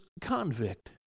Convict